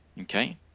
Okay